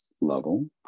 level